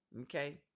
Okay